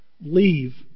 leave